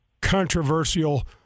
controversial